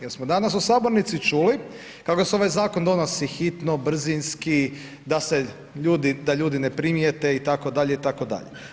Jel smo danas u sabornici čuli kako se ovaj zakon donosi hitno, brzinski, da ljudi ne primijete itd. itd.